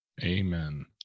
Amen